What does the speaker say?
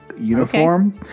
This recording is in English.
uniform